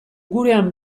gurean